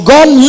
God